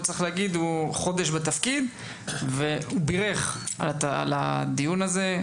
צריך להגיד שהוא רק חודש בתפקיד והוא ברך על הדיון הזה.